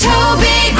Toby